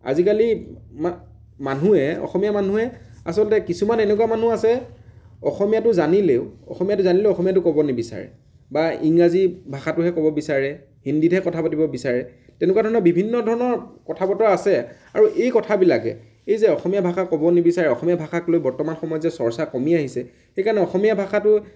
আজিকালি মা মানুহে অসমীয়া মানুহে আচলতে কিছুমান এনেকুৱা মানুহ আছে অসমীয়াটো জানিলেও অসমীয়াটো জানিলেও অসমীয়াটো ক'ব নিবিচাৰে বা ইংৰাজী ভাষাটোহে ক'ব বিচাৰে হিন্দীতহে কথা পাতিব বিচাৰে তেনেকুৱা ধৰণৰ বিভিন্ন ধৰণৰ কথা বতৰা আছে আৰু এই কথাবিলাকে এই যে অসমীয়া ভাষা ক'ব নিবিচাৰে অসমীয়া ভাষাক লৈ বৰ্তমান সময়ত যে চৰ্চা কমি আহিছে সেইকাৰণে অসমীয়া ভাষাটো